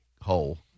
hole